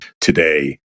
today